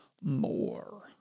more